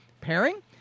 pairing